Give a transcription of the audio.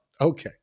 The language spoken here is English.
okay